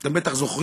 אתם בטח זוכרים: